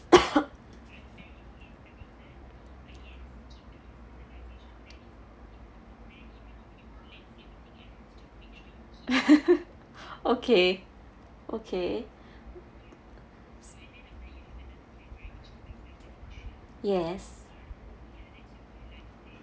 okay okay yes